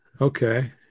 Okay